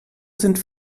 sind